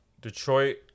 Detroit